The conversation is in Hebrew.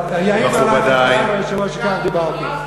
יעידו עלי חברי והיושב-ראש שכך דיברתי.